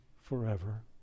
forever